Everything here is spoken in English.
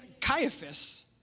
Caiaphas